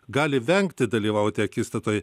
gali vengti dalyvauti akistatoj